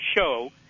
show